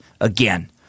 again